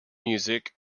music